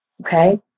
Okay